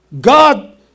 God